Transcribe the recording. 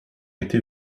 était